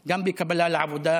גם בקבלה לעבודה,